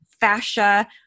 fascia